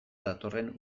datorren